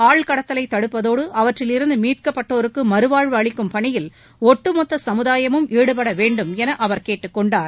ஆள் கடத்தலைத் தடுப்பதோடு அவற்றில் இருந்து மீட்கப்பட்டோருக்கு மறுவாழ்வு அளிக்கும் பணியில் ஒட்டுமொத்த சமுதாயமும் ஈடுபட வேண்டும் என அவர் கேட்டுக்கொண்டார்